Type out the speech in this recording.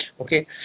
Okay